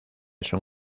son